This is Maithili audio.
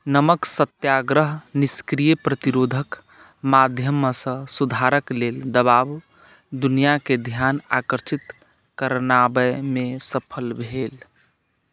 नमक सत्याग्रह निष्क्रिय प्रतिरोधक माध्यमसँ सुधारक लेल दबाव दुनिआके ध्यान आकर्षित करनाबेमे सफल भेल